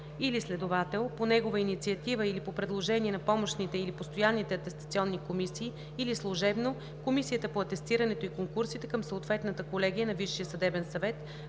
или следовател, по негова инициатива или по предложение на помощните или постоянните атестационни комисии, или служебно, Комисията по атестирането и конкурсите към съответната колегия на